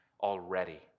already